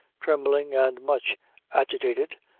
trembling and much agitated,